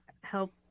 help